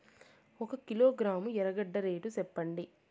ఒక కిలోగ్రాము ఎర్రగడ్డ రేటు సెప్పండి?